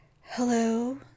Hello